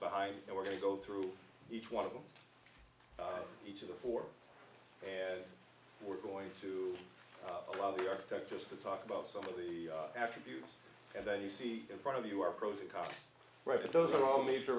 behind and we're going to go through each one of them each of the four and we're going to have the architect just to talk about some of the attributes and then you see in front of you are pros and cons or if those are all major